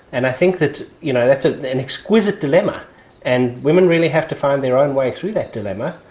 and i think that's you know that's ah an exquisite dilemma and women really have to find their own way through that dilemma.